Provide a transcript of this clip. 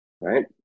right